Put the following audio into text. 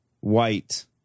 white